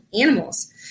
animals